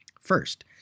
first